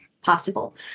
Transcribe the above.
possible